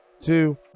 two